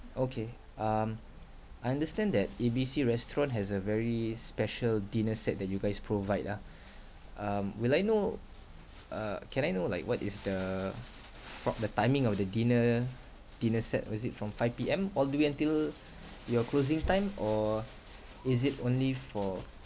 okay um I understand that A B C restaurant has a very special dinner set that you guys provide ah um will I know uh can I know like what is the prob~ the timing of the dinner dinner set is it from five P_M all the way until your closing time or is it only for